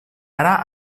ara